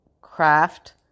craft